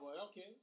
Okay